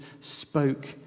spoke